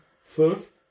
first